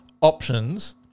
options